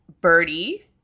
birdie